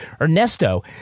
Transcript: Ernesto